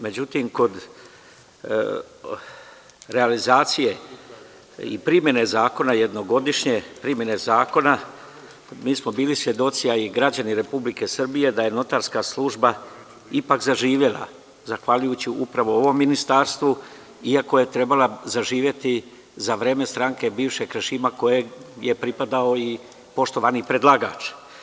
Međutim, kod realizacije i primene zakona jednogodišnje, primene zakona, mi smo bili svedoci, a i građani Republike Srbije da je notarska služba ipak zaživela, zahvaljujući upravo ovom ministarstvu, iako je trebala zaživeti za vreme stranke bivšeg režima, kojem je pripadao i poštovani predlagač.